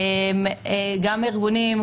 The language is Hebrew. גם ארגונים,